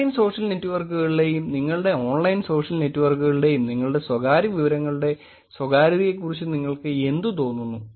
online social നെറ്റ്വർക്കുകളിലെയും നിങ്ങളുടെ online social നെറ്റ്വർക്കുകളിലെയും നിങ്ങളുടെ സ്വകാര്യ വിവരങ്ങളുടെ സ്വകാര്യതയെക്കുറിച്ച് നിങ്ങൾക്ക് എന്തു തോന്നുന്നു